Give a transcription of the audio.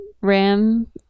RAM